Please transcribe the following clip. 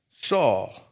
Saul